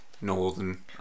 Northern